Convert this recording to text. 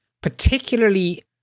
particularly